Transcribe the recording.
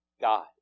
God